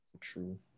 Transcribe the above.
true